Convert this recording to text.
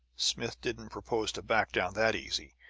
smith didn't propose to back down that easy.